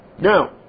Now